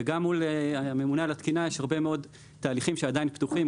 וגם מול הממונה על התקינה יש הרבה מאוד תהליכים שעדיין פתוחים,